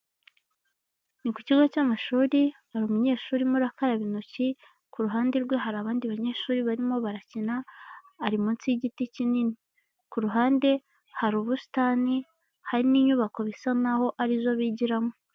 Ni ku kigo cy'amashuri, hari umunyeshuri urimo urakaraba intoki, ku ruhande rwe hari abandi banyeshuri barimo barakina ari munsi yigiti kinini, ku ruhande hari ubusitani hari n'inyubako bisa naho ari izo bigiramo.